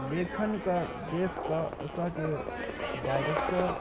लेखनके देखिकऽ ओतऽके डाइरेक्टर